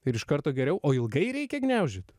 ir iš karto geriau o ilgai reikia gniaužyt